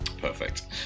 Perfect